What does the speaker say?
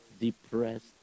depressed